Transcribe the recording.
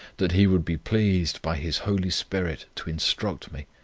that he would be pleased, by his holy spirit to instruct me,